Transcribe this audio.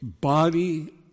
body